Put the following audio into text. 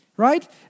right